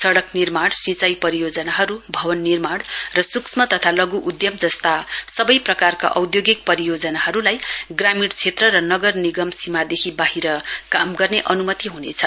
सड़क निर्माण सिंचाई परियोजनाहरु भवन निर्माण र सूक्ष्म तथा लघु उद्धम जस्ता सवै प्रकारका औधोगिक परियोजनाहरुलाई ग्रामीण क्षेत्र र नगर निगम सीमादेखि वाहिर काम गर्ने अनुमति हुनेछ